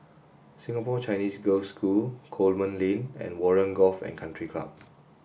Singapore Chinese Girls' School Coleman Lane and Warren Golf and Country Club